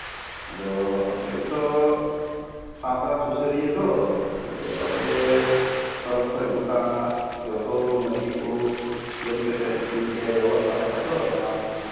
ᱟᱫᱚ ᱟᱯᱮ ᱜᱮᱛᱚ ᱥᱟᱶᱛᱟ ᱥᱩᱥᱟᱹᱨᱤᱭᱟ ᱫᱚ ᱟᱫᱚ ᱟᱯᱮ ᱛᱚᱨᱚᱯ ᱠᱷᱚᱡ ᱱᱚᱝᱠᱟ ᱡᱚᱛᱚ ᱢᱟᱡᱷᱤ ᱠᱚ ᱞᱟᱹᱭ ᱠᱟᱛᱮ ᱡᱩᱫᱤ ᱯᱮ ᱵᱮᱵᱚᱥᱛ ᱞᱮᱠᱷᱟᱡ ᱫᱚ ᱱᱚᱣᱟ